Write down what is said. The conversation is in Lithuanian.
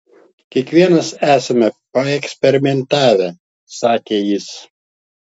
kiekvienas esame paeksperimentavę sakė jis